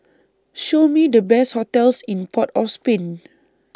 Show Me The Best hotels in Port of Spain